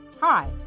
Hi